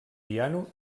piano